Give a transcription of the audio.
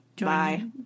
bye